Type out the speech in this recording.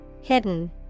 Hidden